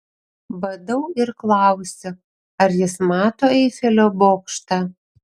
badau ir klausiu ar jis mato eifelio bokštą